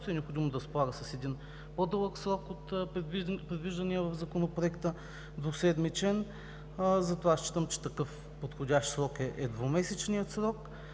е необходимо да разполага с един по-дълъг срок от предвиждания в Законопроекта двуседмичен. Затова считам, че такъв подходящ срок е двумесечният срок